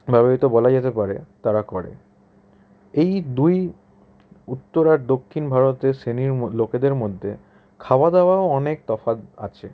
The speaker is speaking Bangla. ব্যবহৃত বলা যেতে পারে তারা করে এই দুই উত্তর আর দক্ষিণ ভারতের শ্রেণীর লোকেদের মধ্যে খাওয়া দাওয়াও অনেক তফাৎ আছে